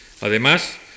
Además